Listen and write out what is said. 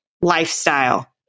lifestyle